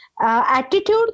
attitude